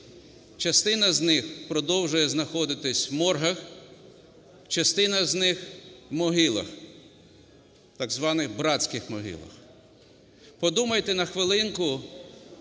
Частина з них продовжує знаходитись в моргах, частина з них в могилах, так званих братських могилах. Подумайте на хвилинку,